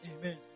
Amen